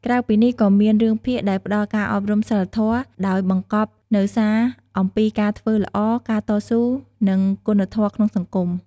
ក្រៅពីនេះ ក៏មានរឿងភាគដែលផ្ដល់ការអប់រំសីលធម៌ ដោយបង្កប់នូវសារអំពីការធ្វើល្អ ការតស៊ូ និងគុណធម៌ក្នុងសង្គម។